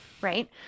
Right